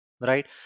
right